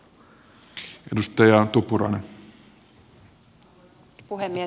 arvoisa puhemies